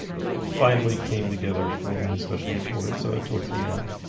it finally came together for me especially towards towards the end.